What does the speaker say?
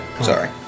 Sorry